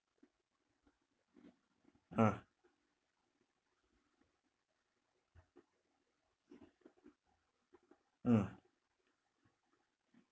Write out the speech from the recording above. ah mm